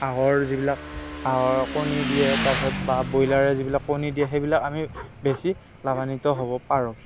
হাঁহৰ যিবিলাক হাঁহৰ কণী দিয়ে তাৰ পিছত বা ব্ৰইলাৰে যিবিলাক কণী দিয়ে সেইবিলাক আমি বেচি লাভান্বিত হ'ব পাৰোঁ